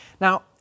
Now